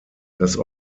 das